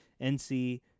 NC